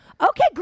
Okay